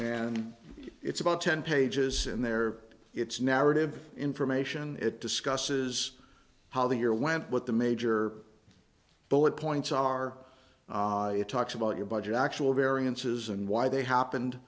and it's about ten pages in there it's narrative information it discusses how the year went what the major bullet points are you talked about your budget actual variances and why they happened